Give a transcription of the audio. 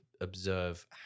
observe